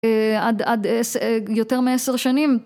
עד יותר מעשר שנים